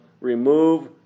remove